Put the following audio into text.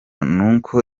nuko